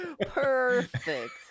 Perfect